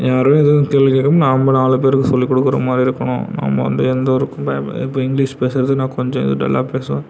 யாரும் எதுவும் கேள்வி கேட்காம நம்ப நாலு பேருக்கு சொல்லிக் கொடுக்கற மாதிரி இருக்கணும் நம்ம வந்து எந்த ஒரு பயம் இப்போ இங்கிலிஷ் பேசுறது நான் கொஞ்சம் டல்லாக பேசுவேன்